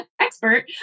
expert